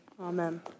amen